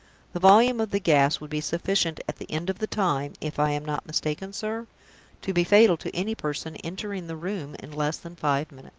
the volume of the gas would be sufficient at the end of the time if i am not mistaken, sir to be fatal to any person entering the room in less than five minutes.